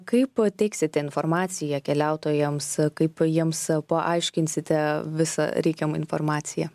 kai pateiksite informaciją keliautojams kaip jiems paaiškinsite visą reikiamą informaciją